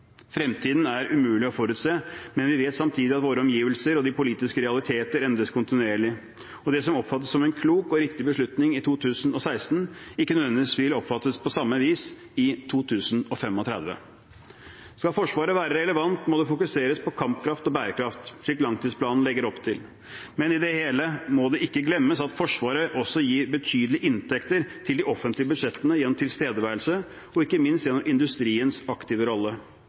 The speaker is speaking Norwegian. Fremtiden er umulig å forutse, men vi vet samtidig at våre omgivelser og de politiske realiteter endres kontinuerlig, og at det som oppfattes som en klok og riktig beslutning i 2016, ikke nødvendigvis vil oppfattes på samme vis i 2035. Skal Forsvaret være relevant, må det fokuseres på kampkraft og bærekraft, slik langtidsplanen legger opp til. Men i det hele må det ikke glemmes at Forsvaret også gir betydelige inntekter til de offentlige budsjettene gjennom tilstedeværelse og ikke minst gjennom industriens aktive rolle.